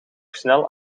snel